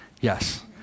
Yes